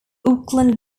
auckland